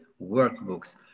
workbooks